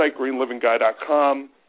greenlivingguy.com